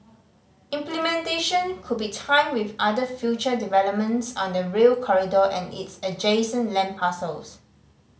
implementation could be timed with other future developments on the Rail Corridor and its adjacent land parcels